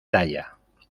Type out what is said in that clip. talla